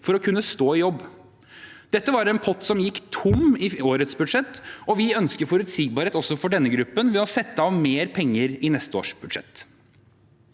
for å kunne stå i jobb. Dette var en pott som gikk tom i årets budsjett, og vi ønsker forutsigbarhet også for denne gruppen ved å sette av mer penger i neste års budsjett.